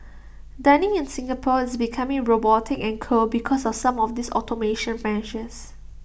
dining in Singapore is becoming robotic and cold because of some of these automation measures